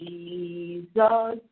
Jesus